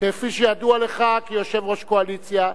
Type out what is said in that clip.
כפי שידוע לך כיושב-ראש הקואליציה,